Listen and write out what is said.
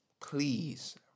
please